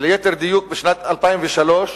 וליתר דיוק בשנת 2003,